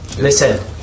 Listen